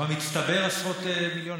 במצטבר עשרות מיליונים,